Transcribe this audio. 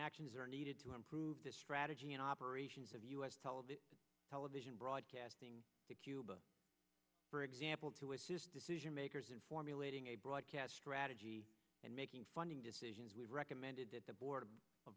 actions are needed to improve the strategy and operations of u s television television broadcasting to cuba for example to assist decision makers in formulating a broadcast strategy and making funding decisions we recommended that the board of